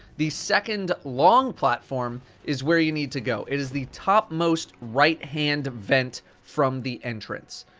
the second long platform is where you need to go, it is the top-most right-hand vent from the entrance.